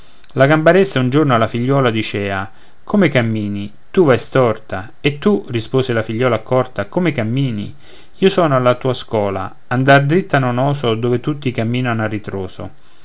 la gambaressa un giorno alla figliola dicea come cammini tu vai storta e tu rispose la figliola accorta come cammini io sono alla tua scola andar dritta non oso dove tutti camminano a ritroso